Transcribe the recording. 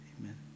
amen